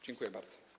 Dziękuję bardzo.